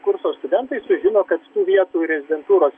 kurso studentai sužino kad tų vietų rezidentūros